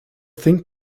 think